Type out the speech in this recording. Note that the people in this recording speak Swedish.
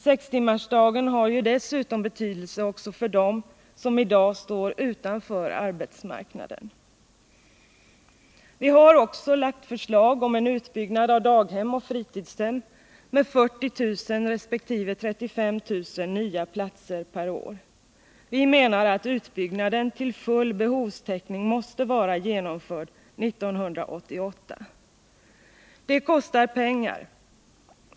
Sextimmarsdagen har ju dessutom betydelse också för dem som i dag står utanför arbetsmarknaden. Vi har också lagt fram förslag om en utbyggnad av daghem och fritidshem med 40 000 resp. 35 000 nya platser per år. Vi menar att utbyggnaden till full behovstäckning måste vara genomförd 1988. Det kostar pengar.